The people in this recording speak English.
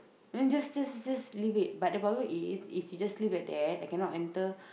I mean just just just leave it but the problem is if it just leave at there I cannot enter